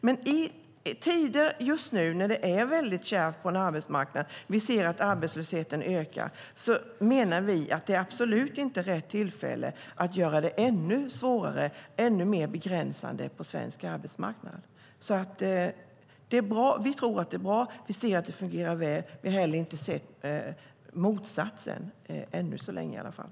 Men i tider när det är väldigt kärvt på arbetsmarknaden och vi ser att arbetslösheten ökar menar vi absolut inte är rätt tillfälle att göra det ännu svårare och ännu mer begränsande på svensk arbetsmarknad. Vi tycker att det är bra, vi ser att det fungerar väl och vi har heller inte sett motsatsen, ännu så länge i alla fall.